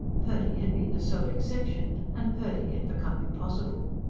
purdy had been the sole exception, and purdy had become impossible.